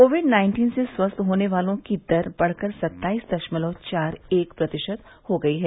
Covid nineteen से स्वस्थ होने वालों की दर बढ़कर सत्ताईस दशमलव चार एक प्रतिशत हो गई है